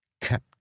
kept